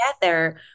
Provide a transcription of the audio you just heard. together